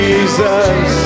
Jesus